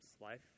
life